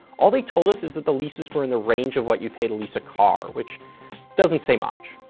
all they've told us is that the leases were in the range of what you'd pay to lease a car, which doesn't say much.